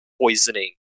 poisoning